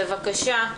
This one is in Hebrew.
בבקשה,